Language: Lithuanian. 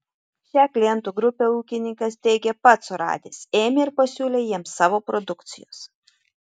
šią klientų grupę ūkininkas teigia pats suradęs ėmė ir pasiūlė jiems savo produkcijos